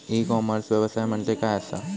E commerce व्यवसाय म्हणजे काय असा?